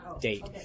date